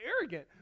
arrogant